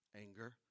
Anger